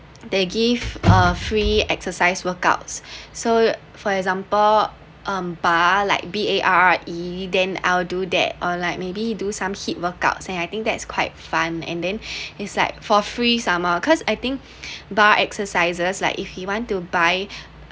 they give uh free exercise workouts so for example um barre like B A R R E then I'll do that or like maybe do some hit workouts and I think that's quite fun and then is like for free some more cause I think barre exercises like if you want to buy